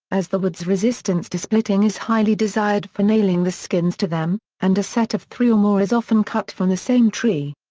as the wood's resistance to splitting is highly desired for nailing the skins to them, and a set of three or more is often cut from the same tree.